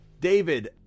David